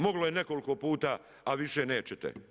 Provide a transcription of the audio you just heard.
Moglo je nekoliko puta, a više nećete.